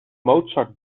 mozart